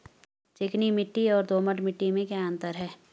चिकनी मिट्टी और दोमट मिट्टी में क्या क्या अंतर है?